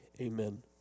Amen